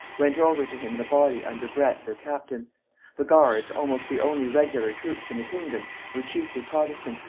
went over to him in a body under bret, their captain the guards, almost the only regular troops in the kingdom, were chiefly protestants,